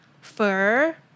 fur